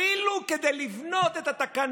ולא הייתם צריכים לעשות חוקים שיתחילו כדי לבנות את התקנות.